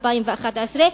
ב-2011,